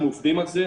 שאנחנו עובדים על זה,